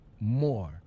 more